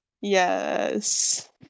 Yes